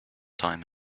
time